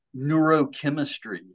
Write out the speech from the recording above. neurochemistry